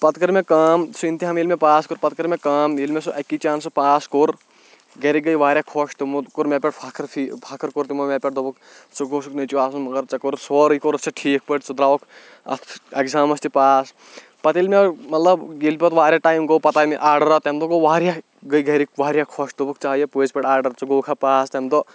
پَتہٕ کٔر مےٚ کٲم سُہ اِمتحان ییٚلہِ مےٚ پاس کوٚر پَتہٕ کوٚر مےٚ کٲم ییٚلہِ مےٚ سُہ اَکی چانسہٕ پاس کوٚر گَرِکۍ گٔیے واریاہ خۄش تِمو کوٚر مےٚ پٮ۪ٹھ فخٕر فی فخٕر کوٚر تِمو مےٚ پٮ۪ٹھ دوٚپُکھ ژٕ گوٚژُھکھ نیٚچوٗ آسُن مگر ژےٚ کوٚرُتھ سورُے کوٚرُتھ ژےٚ ٹھیٖک پٲٹھۍ ژٕ درٛاوُکھ اَتھ اٮ۪کزامَس تہِ پاس پَتہٕ ییٚلہِ مےٚ مطلب ییٚلہِ پَتہٕ واریاہ ٹایم گوٚو پَتہٕ آے مےٚ آرڈَر آو تَمہِ دۄہ گوٚو واریاہ گٔیے کَرِکۍ واریاہ خۄش دوٚپُکھ ژےٚ آیہ پٔزۍ پٲٹھۍ آرڈَر ژٕ گوٚکھا پاس تَمہِ دۄہ